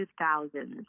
2000s